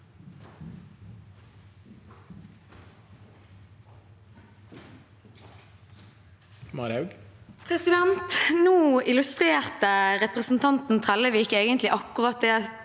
Nå illustrerte repre- sentanten Trellevik egentlig akkurat det